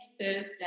Thursday